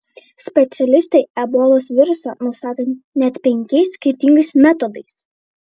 specialistai ebolos virusą nustato net penkiais skirtingais metodais